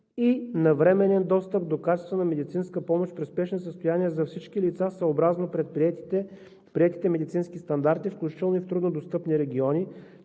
– навременен достъп до качествена медицинска помощ при спешни състояния за всички лица, съобразно приетите медицински стандарти, включително и в труднодостъпни региони,